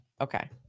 Okay